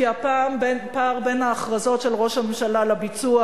כי הפער בין ההכרזות של ראש הממשלה לביצוע,